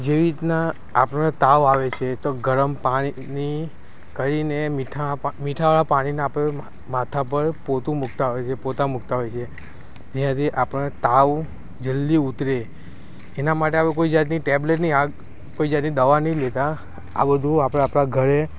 જેવી રીતના આપણને તાવ આવે છે તો ગરમ પાણીની કરીને મીઠાના પા મીઠાવાળા પાણીને આપણે માથા પર પોતું મૂકતાં હોય છે પોતા મૂકતાં હોય છે જેનાથી આપણને તાવ જલદી ઉતરે એના માટે આપણે કોઈ જાતની ટેબ્લેટની આગ કોઈ જાત દવા નહીં લેતાં આ બધું આપણે આપણા ઘરે